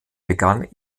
begann